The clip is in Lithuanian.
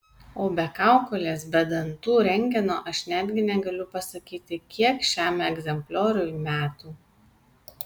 o be kaukolės be dantų rentgeno aš netgi negaliu pasakyti kiek šiam egzemplioriui metų